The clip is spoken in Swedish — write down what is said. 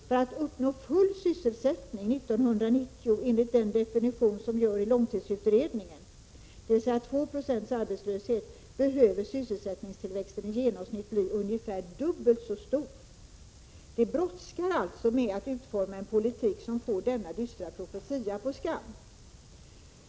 För att uppnå full sysselsättning 1990 enligt den definition som görs i LU,” — alltså långtidsutredningen — ”d v s2 procents arbetslöshet, behöver sysselsättningstillväxten i genomsnitt bli ungefär dubbelt så stor.” Det brådskar alltså med att utforma en politik som får denna dystra 20 november 1986 profetia på skam.